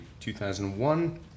2001